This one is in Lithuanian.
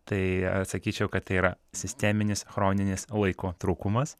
tai atsakyčiau kad tai yra sisteminis chroninis laiko trūkumas